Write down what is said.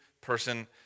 person